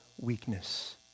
weakness